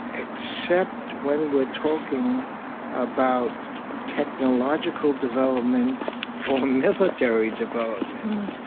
except when we're talking about technological development or military development.